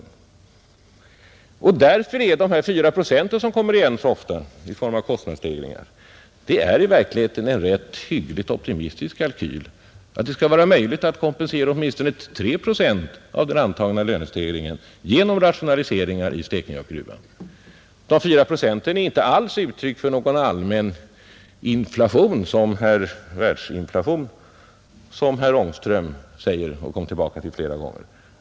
När det därför gäller de fyra procent i kostnadsstegringar som kommer igen så ofta är det i verkligheten en ganska hygglig optimistisk kalkyl att det skall vara möjligt att kompensera åtminstone tre procent av den antagna lönestegringen genom rationaliseringar i Stekenjokkgruvan. De där fyra procenten är inte alls uttryck för någon allmän världsinflation, som herr Ångström kom tillbaka till flera gånger.